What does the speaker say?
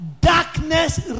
darkness